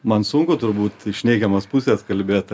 man sunku turbūt iš neigiamos pusės kalbėt